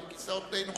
הכיסאות די נוחים.